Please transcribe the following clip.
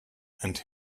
and